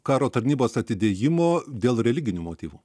karo tarnybos atidėjimo dėl religinių motyvų